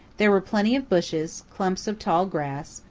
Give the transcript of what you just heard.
there were plenty of bushes, clumps of tall grass,